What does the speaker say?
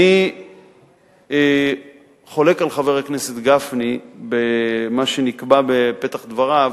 אני חולק על חבר הכנסת גפני במה שנקבע בפתח דבריו.